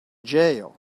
jail